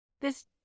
This